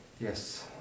Yes